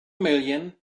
million